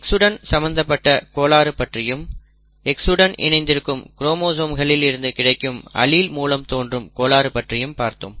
X உடன் சம்மந்தப்பட்ட கோளாறு பற்றியும் X உடன் இணைந்திருக்கும் குரோமோசோம்களில் இருந்து கிடைக்கும் அலீல்ஸ் மூலம் தோன்றும் கோளாறு பற்றியும் பார்த்தோம்